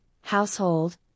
household